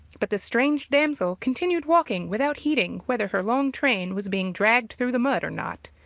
but the strange damsel continued walking, without heeding whether her long train was being dragged through the mud or not.